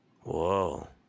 Whoa